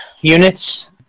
units